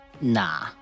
Nah